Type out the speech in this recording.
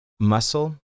muscle